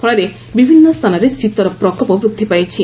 ଫଳରେ ବିଭିନ୍ନ ସ୍ଥାନରେ ଶୀତର ପ୍ରକୋପ ବୃଦ୍ଧି ପାଇଛି